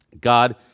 God